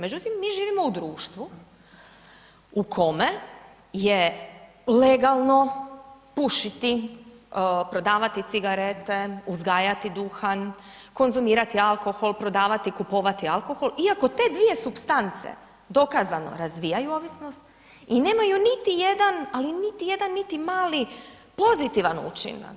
Međutim, mi živimo u društvu u kome je legalno pušiti, prodavati cigarete, uzgajati duhan, konzumirati alkohol prodavati, kupovati alkohol iako te dvije supstance, dokazano, razvijaju ovisnost i nemaju niti jedan, ali niti jedan, niti mali pozitivan učinak.